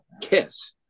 kiss